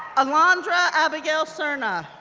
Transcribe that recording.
alondra abigail serna,